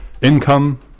Income